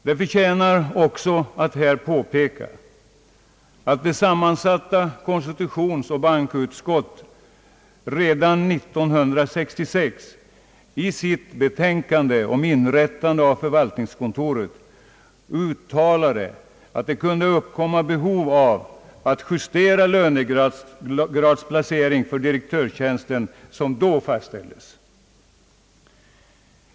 Det förtjänar också att här påpekas, att sammansatta konstitutionsoch bankoutskottet redan 1966 i sitt betänkande om inrättande av förvaltningskontoret uttalade, att det kunde uppkomma behov av att justera den lönegradsplacering för direktörstjänsten som då fastställdes.